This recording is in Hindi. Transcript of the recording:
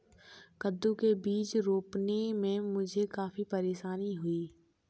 कद्दू के बीज रोपने में मुझे काफी परेशानी हुई